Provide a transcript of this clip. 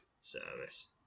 service